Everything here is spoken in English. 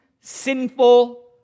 sinful